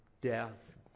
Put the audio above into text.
death